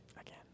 Again